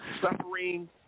suffering